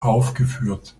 aufgeführt